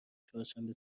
چهارشنبه